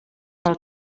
del